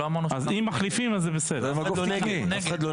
לא אמרנו שאנחנו נגד זה, אנחנו בעד.